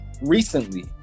recently